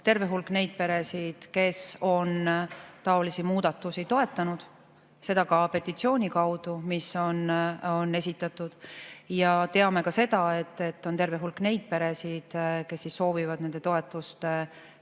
terve hulk neid peresid, kes on taolisi muudatusi toetanud, seda ka petitsiooni kaudu, mis on esitatud, ja teame ka seda, et on terve hulk neid peresid, kes soovivad nende toetuste muutmata